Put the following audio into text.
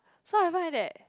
so I find that